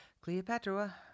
Cleopatra